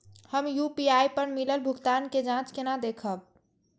हम यू.पी.आई पर मिलल भुगतान के जाँच केना देखब?